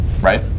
Right